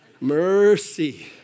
Mercy